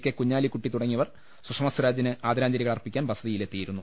K Kunhalikutty തുടങ്ങിയവർ സുഷമ സ്വരാജിന് ആദരാഞ്ജലികൾ അർപ്പിക്കാൻ വസതി യിലെത്തിയിരുന്നു